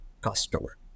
customer